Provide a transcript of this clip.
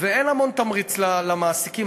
ואין המון תמריץ למעסיקים.